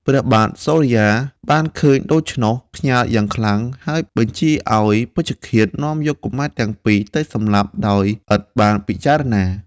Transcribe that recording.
ព្រះបាទសូរិយាបានឃើញដូច្នោះ ខ្ញាល់យ៉ាងខ្លាំង ហើយបញ្ជាឲ្យពេជ្ឈឃាដនាំយកកុមារទាំងពីរទៅសម្លាប់ដោយឥតបានពិចារណា ។